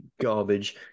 garbage